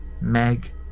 Meg